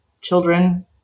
children